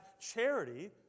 charity